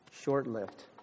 Short-lived